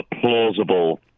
plausible